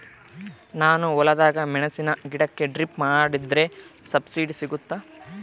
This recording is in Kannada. ನಾನು ಹೊಲದಾಗ ಮೆಣಸಿನ ಗಿಡಕ್ಕೆ ಡ್ರಿಪ್ ಮಾಡಿದ್ರೆ ಸಬ್ಸಿಡಿ ಸಿಗುತ್ತಾ?